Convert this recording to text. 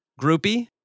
Groupie